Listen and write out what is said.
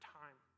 time